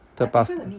在巴刹